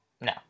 No